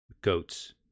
goats